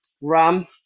Ram